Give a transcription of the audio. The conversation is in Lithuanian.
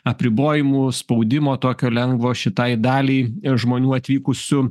apribojimų spaudimo tokio lengvo šitai daliai žmonių atvykusių